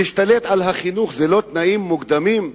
להשתלט על החינוך זה לא תנאים מוקדמים?